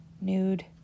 nude